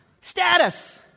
Status